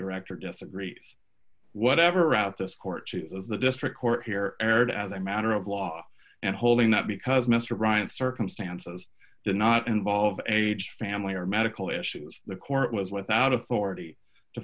director disagrees whatever route this court chooses the district court here erred as a matter of law and holding that because mister bryant circumstances did not involve age family or medical issues the court was without authority to